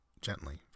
gently